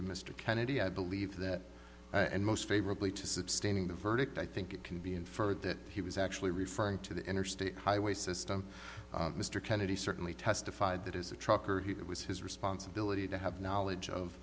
to mr kennedy i believe that and most favorably to substantiate the verdict i think it can be inferred that he was actually referring to the interstate highway system mr kennedy certainly testified that is a trucker who it was his responsibility to have knowledge of